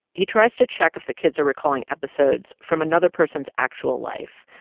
he tries to check if the kids are recalling episodes from another person's actual life.